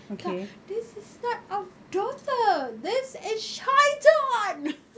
cakap this is not our daughter this is syaitan